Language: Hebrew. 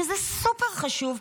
שזה סופר חשוב,